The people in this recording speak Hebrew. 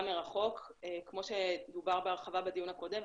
מרחוק כמו שדובר בהרחבה בדיון הקודם,